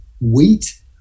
wheat